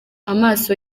amaso